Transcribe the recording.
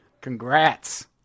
Congrats